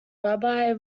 rabbi